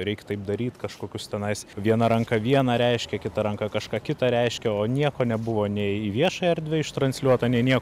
reikt taip daryt kažkokius tenais viena ranka vieną reiškia kita ranka kažką kita reiškia o nieko nebuvo nei į viešąją erdvę ištransliuota nei nieko